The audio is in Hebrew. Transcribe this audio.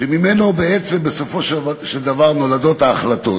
שממנו בסופו של דבר נולדות ההחלטות?